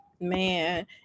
Man